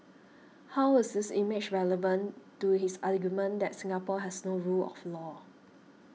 how is this image relevant to his argument that Singapore has no rule of law